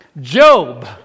Job